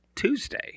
Tuesday